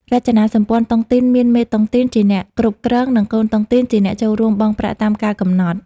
រចនាសម្ព័ន្ធតុងទីនមាន "មេតុងទីន" ជាអ្នកគ្រប់គ្រង និង "កូនតុងទីន" ជាអ្នកចូលរួមបង់ប្រាក់តាមកាលកំណត់។